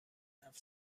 حرف